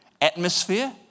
atmosphere